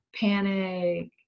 panic